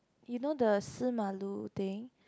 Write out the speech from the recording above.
you know the 四马路 thing